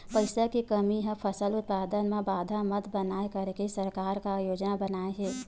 पईसा के कमी हा फसल उत्पादन मा बाधा मत बनाए करके सरकार का योजना बनाए हे?